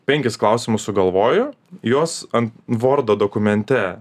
penkis klausimus sugalvoju jos ant vordo dokumente